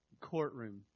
courtroom